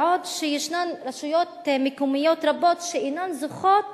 בעוד שישנן רשויות מקומיות רבות שאינן זוכות